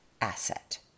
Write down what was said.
asset